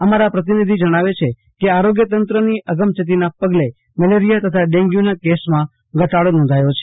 અમારા પ્રતિનિધિ જણાવે છે કે આરોગ્યતંત્રની અગમચેતીના પગલે મેલેરીયા તથા ડેન્ગ્યુના કેસમાં ઘટાડો નોંધાયો છે